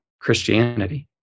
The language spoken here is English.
Christianity